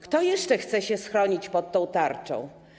Kto jeszcze chce się schronić pod tą tarczą?